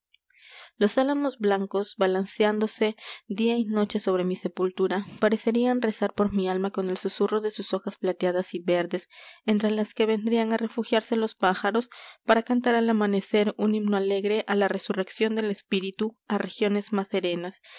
los álamos blancos balanceándose día y noche sobre mi sepultura parecerían rezar por mi alma con el susurro de sus hojas plateadas y verdes entre las que vendrían á refugiarse los pájaros para cantar al amanecer un himno alegre á la resurrección del espíritu á regiones más serenas